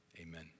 amen